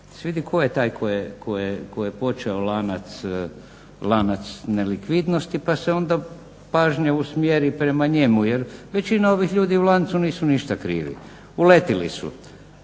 vidi tko je taj tko je počeo lanac nelikvidnosti pa se onda pažnja usmjeri prema njemu. Jer većina ovih ljudi u lancu nisu ništa krivi. Uletjeli su,